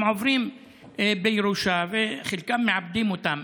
הן עוברות בירושה וחלקם מעבדים אותן.